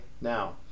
now